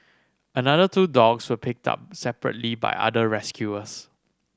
another two dogs were picked up separately by other rescuers